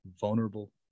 vulnerable